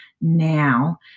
now